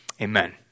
Amen